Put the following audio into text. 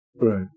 Right